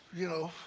you know,